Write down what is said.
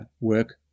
work